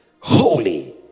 holy